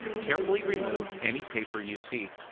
carefully remove any paper you see.